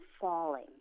falling